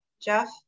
Jeff